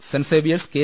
saint Xavier's K